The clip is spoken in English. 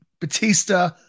Batista